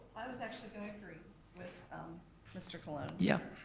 i was actually gonna agree with mr. cologne. yep.